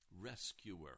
rescuer